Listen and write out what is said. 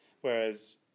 whereas